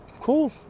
Cool